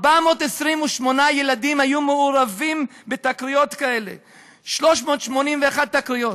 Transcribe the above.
428 ילדים היו מעורבים בתקריות כאלה, 381 תקריות.